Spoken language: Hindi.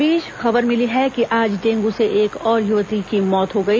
इस बीच खबर मिली है कि आज डेंगू से एक और युवती मौत हो गई